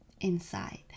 inside